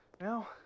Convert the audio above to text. Now